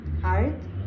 hard